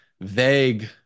vague